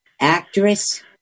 actress